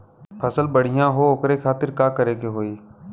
फसल बढ़ियां हो ओकरे खातिर का करे के होई?